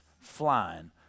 flying